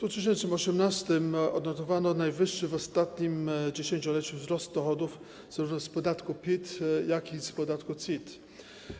W 2018 r. odnotowano najwyższy w ostatnim dziesięcioleciu wzrost dochodów zarówno z podatku PIT, jak i z podatku CIT.